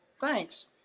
thanks